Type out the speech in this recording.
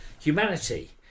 humanity